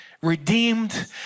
redeemed